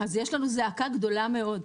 אז יש לנו זעקה גדולה מאוד.